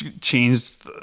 changed